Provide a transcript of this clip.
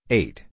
eight